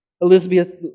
Elizabeth